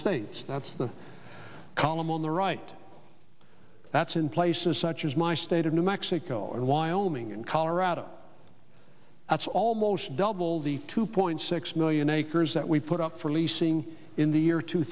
states that's the column on the right that's in places such as my state of new mexico and wyoming and colorado that's almost double the two point six million acres that we put up for leasing in the year two